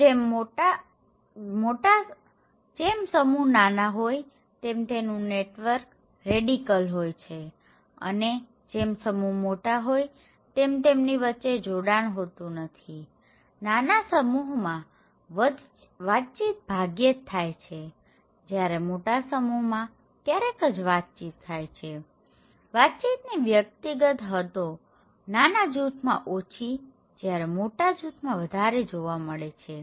તો જેમ સમૂહ નાના હોય તેમ તેનું નેટવર્ક રેડિકલ હોય છેઅને જેમ સમૂહ મોટા હોય તેમ તેમની વચ્ચે જોડાણ હોતું નથીનાના સમુહોમાં વતચિત ભાગ્યે જ થાય છે જયારે મોટા સમુહોમાં ક્યારેક જ વતચિત થાય છેવતચિતની વ્યક્તિગત હદો નાના જૂથમાં ઓછી જ્યારે મોટા જૂથમાં વધારે જોવા મળે છે